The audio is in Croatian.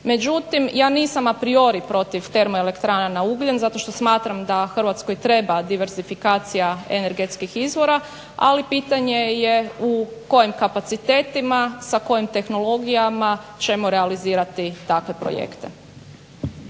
Međutim ja nisam a priori protiv termo elektrana na ugljen zato što smatram da Hrvatskoj treba diversifikacija energetskih izvora ali pitanje je u kojem kapacitetima, sa kojim tehnologijama ćemo realizirati takve projekte.